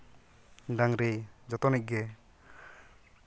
ᱰᱝᱨᱤ ᱡᱚᱛᱚᱱᱤᱡ ᱜᱮ